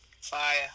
Fire